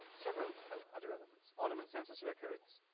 several other elements, ottoman census records